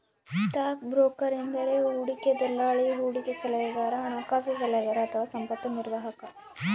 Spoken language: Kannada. ಸ್ಟಾಕ್ ಬ್ರೋಕರ್ ಎಂದರೆ ಹೂಡಿಕೆ ದಲ್ಲಾಳಿ, ಹೂಡಿಕೆ ಸಲಹೆಗಾರ, ಹಣಕಾಸು ಸಲಹೆಗಾರ ಅಥವಾ ಸಂಪತ್ತು ನಿರ್ವಾಹಕ